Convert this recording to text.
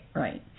right